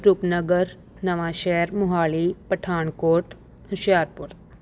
Rupnagar Nawan Shahr Mohali Pathankot Hoshiarpur